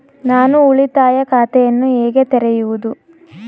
ನಾನು ಉಳಿತಾಯ ಖಾತೆಯನ್ನು ಹೇಗೆ ತೆರೆಯುವುದು?